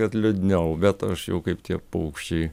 kad liūdniau bet aš jau kaip tie paukščiai